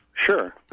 Sure